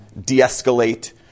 de-escalate